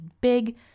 big